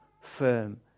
firm